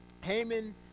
Haman